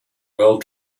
well